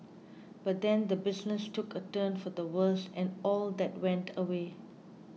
but then the business took a turn for the worse and all that went away